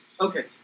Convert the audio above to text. Okay